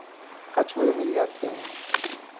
कछुए मिल जाते हैं